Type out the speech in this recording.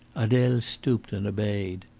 adele stooped and obeyed.